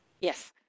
Yes